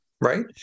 Right